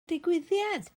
digwyddiad